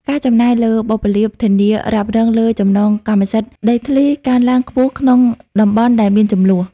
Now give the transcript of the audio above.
ការចំណាយលើបុព្វលាភធានារ៉ាប់រងលើចំណងកម្មសិទ្ធិដីធ្លី កើនឡើងខ្ពស់ក្នុងតំបន់ដែលមានជម្លោះ។